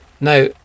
Now